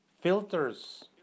filters